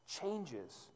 changes